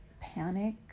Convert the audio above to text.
panic